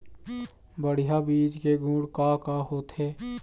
बढ़िया बीज के गुण का का होथे?